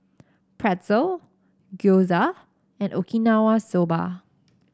Pretzel Gyoza and Okinawa Soba